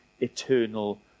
eternal